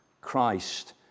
Christ